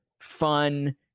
fun